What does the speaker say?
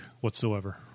whatsoever